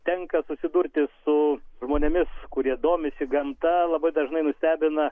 tenka susidurti su žmonėmis kurie domisi gamta labai dažnai nustebina